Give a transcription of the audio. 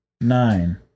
nine